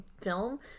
film